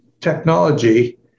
technology